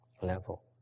level